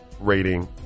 rating